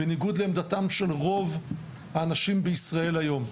בניגוד לעמדתם של רוב האנשים בישראל היום.